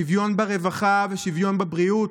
שוויון ברווחה ושוויון בבריאות,